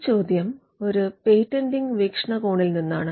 ഈ ചോദ്യം ഒരു പേറ്റന്റിംഗ് വീക്ഷണകോണിൽ നിന്നാണ്